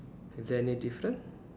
is there any different